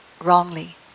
wrongly